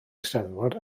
eisteddfod